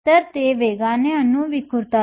तर ते वेगाने अणूं विखुरू शकतात